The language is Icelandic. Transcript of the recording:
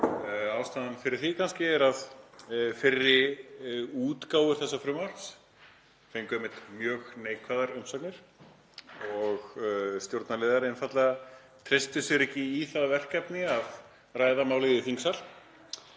Ástæðan fyrir því er kannski að fyrri útgáfur þessa frumvarps fengu mjög neikvæðar umsagnir og stjórnarliðar einfaldlega treystu sér ekki í það verkefni að ræða málið í þingsal,